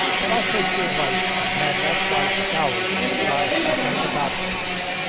but i'll take your advice, and have that side scoured whilst i hang about the place.